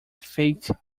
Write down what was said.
faked